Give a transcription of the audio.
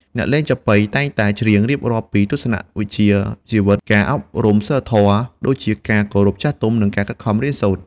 អ្នកលេងចាប៉ីតែងតែច្រៀងរៀបរាប់ពីទស្សនៈវិជ្ជាជីវិត ការអប់រំសីលធម៌ ដូចជា ការគោរពចាស់ទុំ និងការខិតខំរៀនសូត្រ។